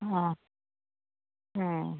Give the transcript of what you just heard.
ആ ആണ്